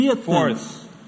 Fourth